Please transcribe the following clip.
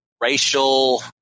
racial